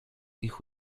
ich